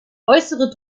äußere